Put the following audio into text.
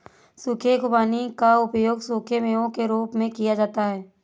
सूखे खुबानी का उपयोग सूखे मेवों के रूप में किया जाता है